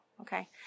okay